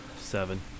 Seven